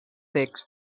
text